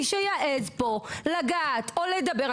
מי שיעיז פה לגעת או לדבר.